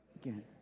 Again